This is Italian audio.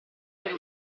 per